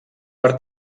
per